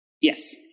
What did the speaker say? Yes